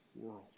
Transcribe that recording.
world